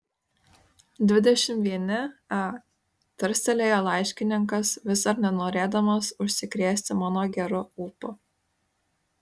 dvidešimt vieni a tarstelėjo laiškininkas vis dar nenorėdamas užsikrėsti mano geru ūpu